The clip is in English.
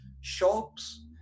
shops